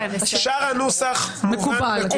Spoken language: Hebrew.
שאר הנוסח מקובל.